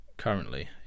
currently